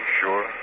sure